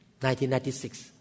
1996